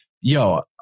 yo